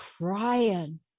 crying